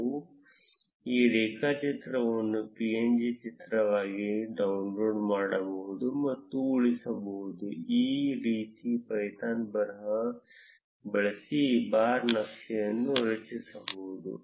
ನಾವು ಈ ರೇಖಾಚಿತ್ರವನ್ನು png ಚಿತ್ರವಾಗಿ ಡೌನ್ಲೋಡ್ ಮಾಡಬಹುದು ಮತ್ತು ಉಳಿಸಬಹುದು ಈ ರೀತಿ ಪೈಥಾನ್ ಬರಹ ಬಳಸಿ ಬಾರ್ ನಕ್ಷೆ ಅನ್ನು ರಚಿಸಬಹುದು